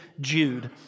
Jude